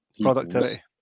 Productivity